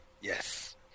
Yes